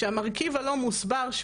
כשהמרכיב הלא מוסבר,